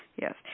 yes